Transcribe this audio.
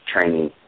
training